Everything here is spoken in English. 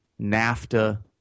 NAFTA